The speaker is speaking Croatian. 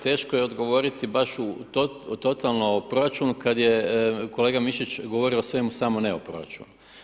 Teško je odgovoriti baš u totalno proračunu kada je kolega Mišić govorio o svemu, samo ne o proračunu.